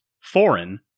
foreign